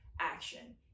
action